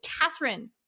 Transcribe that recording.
Catherine